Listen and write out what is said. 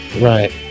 right